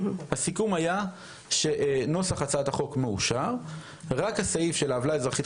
הסיכום היה שנוסח הצעת החוק מאושר ורק הסעיף של העוולה האזרחית,